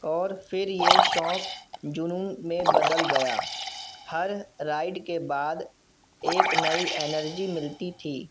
اور پھر یہ شوق جنون میں بدل گیا ہر رائڈ کے بعد ایک نئی انینرجی ملتی تھی